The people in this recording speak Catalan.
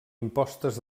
impostes